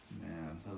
Man